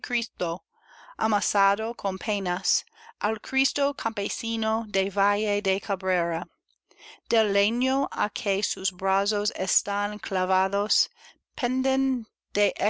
amasado con penas al cristo campesino del valle de cabrera del leño á que sus brazos están clavados penden